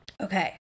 Okay